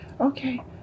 Okay